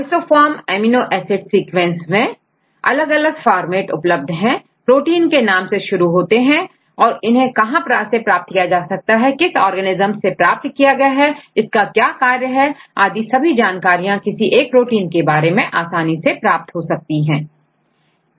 isoform amino acid sequences fasta formate मैं अलग अलग फॉर्मेट में उपलब्ध है प्रोटीन के नाम से शुरू होते हैं इनको कहां से प्राप्त किया गया है और किस organism प्राप्त किया गया है इनका क्या कार्य है आदि लगभग सभी जानकारियां किसी एक प्रोटीन के बारे में आसानी से प्राप्त हो जाती है इसके अलावा पूरा लिटरेचर डेटाबेस से लिंक भी उपलब्ध रहता है इस तरह यह बहुत ज्यादा उपयोगी है